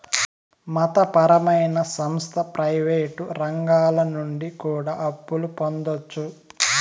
మత పరమైన సంస్థ ప్రయివేటు రంగాల నుండి కూడా అప్పులు పొందొచ్చు